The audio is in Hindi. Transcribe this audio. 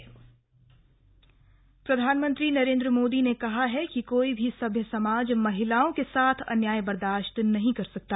मन की बात प्रधानमंत्री नरेन्द्र मोदी ने कहा है कि कोई भी सभ्य समाज महिलाओं के साथ अन्याय बर्दाश्त नहीं कर सकता